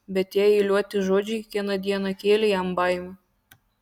bet tie eiliuoti žodžiai kiekvieną dieną kėlė jam baimę